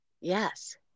Yes